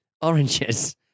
oranges